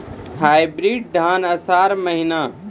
Hybrid धान आषाढ़ महीना?